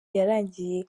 yarangiye